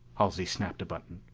halsey snapped a button.